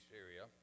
Syria